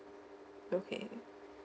okay